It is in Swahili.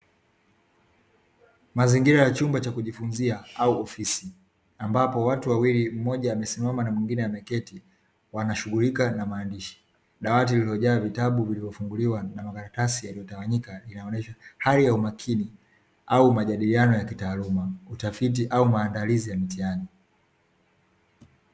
Mazingira ya chumba cha kujifunzia au ofisi ambapo watu wawili mmoja amesimama na mwingine ameketi wanashughulika na maandishi, dawati lililojaa vitabu vilivyofunguliwa kuna makaratasi yametawanyika hali ya umakini au majailiano ya kitaaluma utafiti au maandalizi ya mitihani.